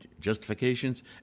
justifications